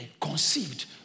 conceived